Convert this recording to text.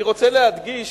אני רוצה להדגיש,